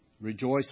Rejoice